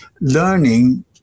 learning